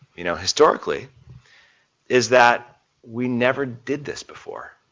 you know, historically is that we never did this before.